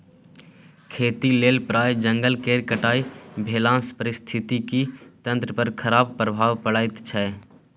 खेतीक लेल प्राय जंगल केर कटाई भेलासँ पारिस्थितिकी तंत्र पर खराप प्रभाव पड़ैत छै